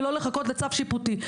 ולא לחכות לצו שיפוטי.